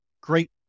great